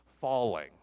falling